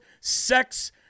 sex